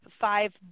five